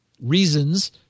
reasons—